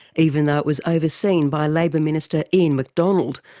even though it was overseen by labor minister ian mcdonald,